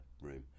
room